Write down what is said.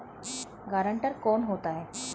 Guarantor कौन होता है?